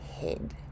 head